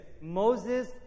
Moses